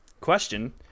question